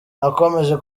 nakomeje